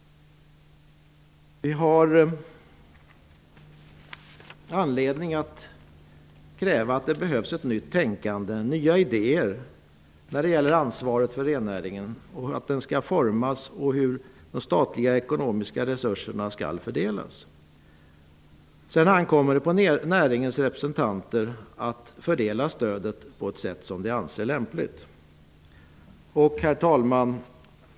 Vi har anledning att kräva ett nytt tänkande och nya idéer när det gäller ansvaret för rennäringen, hur den skall formas och hur de statliga resurserna skall fördelas. Sedan ankommer det på näringens representanter att fördela stödet på ett sätt som de anser lämpligt. Herr talman!